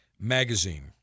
Magazine